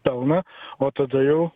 pelną o tada jau